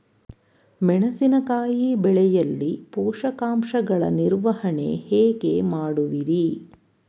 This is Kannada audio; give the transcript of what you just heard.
ಮೆಣಸಿನಕಾಯಿ ಬೆಳೆಯಲ್ಲಿ ಪೋಷಕಾಂಶಗಳ ನಿರ್ವಹಣೆ ಹೇಗೆ ಮಾಡುವಿರಿ?